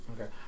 Okay